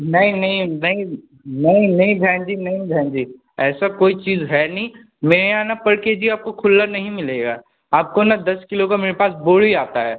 नहीं नहीं नहीं नहीं नहीं भैन जी नहीं भैन जी ऐसा कोई चीज़ है नहीं मेरे यहाँ न पर के जी आपको खुल्ला नहीं मिलेगा आपको न दस किलो का मेरे पास बोरी आता है